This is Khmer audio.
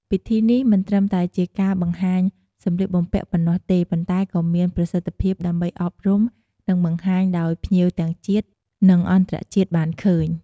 ពិធីនេះមិនត្រឹមតែជាការបង្ហាញសម្លៀកបំពាក់ប៉ុណ្ណោះទេ ប៉ុន្តែក៏មានប្រសិទ្ធភាពដើម្បីអប់រំ និងបង្ហាញអោយភ្ញៀវទាំងជាតិ និងអន្តរជាតិ បានឃើញ។